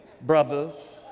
brothers